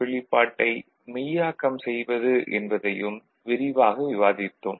வெளிப்பாட்டை மெய்யாக்கம் செய்வது என்பதையும் விரிவாக விவாதித்தோம்